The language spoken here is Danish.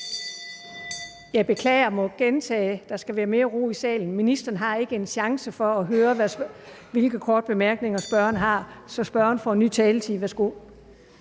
Jeg beklager at måtte gentage, at der skal være mere ro i salen. Ministeren har ikke en chance for at høre, hvilke korte bemærkninger spørgeren har. Så spørgeren får ny taletid. Værsgo.